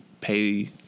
pay